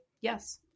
yes